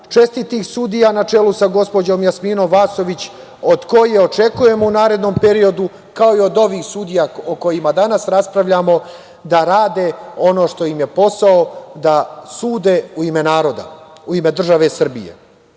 čestitih sudija na čelu sa gospođom Jasminom Vasović, od koje očekujemo u narednom periodu, kao i od ovih sudija o kojima danas raspravljamo, da rade ono što im je posao, da sude u ime naroda, u ime države Srbije.S